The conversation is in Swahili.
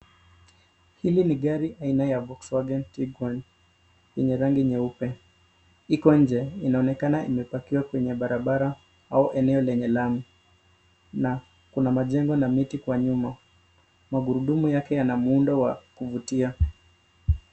Hii ni gari aina ya Volkswagen tiguan lenye rangi nyeupe iko nje inaonekana imepakiwa kwenye barabara au eneo lenye lami na kuna majengo na miti kwa nyuma. Magurudumu yake yana muundo wa kuvutia.